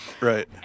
Right